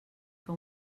que